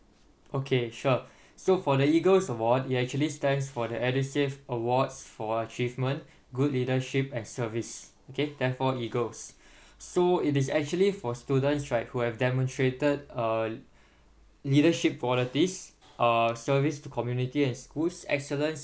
okay sure so for the EAGLES award it actually stands for the edusave awards for achievement good leadership and service okay therefore EAGLES so it is actually for students right who have demonstrated uh leadership qualities uh service to community and schools excellence